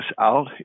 out